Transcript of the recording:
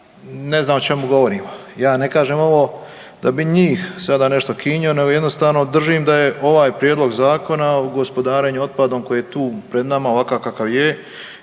ne znam o čemu govorimo. Ja ne kažem ovo da bi njih sada nešto kinjio nego jednostavno držim da je ovaj Prijedlog zakona o gospodarenju otpadom koji je tu pred nama ovakav kakav je